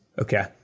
Okay